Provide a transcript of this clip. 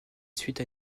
suite